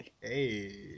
Hey